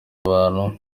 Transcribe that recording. abantu